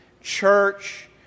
church